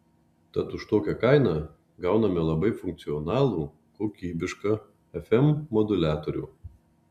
tad už tokią kainą gauname labai funkcionalų kokybišką fm moduliatorių